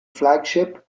flagship